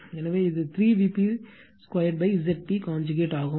எனவே இது 3 Vp 2 Zp conjugate ஆகும்